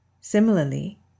Similarly